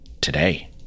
Today